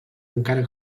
encara